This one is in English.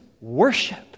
worship